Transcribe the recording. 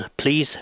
please